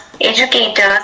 educators